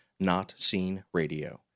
notseenradio